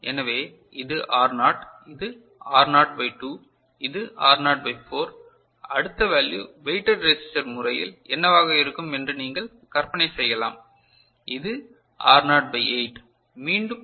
எனவே இது R naught இது ஆர் நாட் பை 2 இது ஆர் நாட் பை 4 அடுத்த வேல்யு வெயிட்டட் ரெசிஸ்டர் முறையில் என்னவாக இருக்கும் என்று நீங்கள் கற்பனை செய்யலாம் இது ஆர் நாட் பை 8 மீண்டும் கே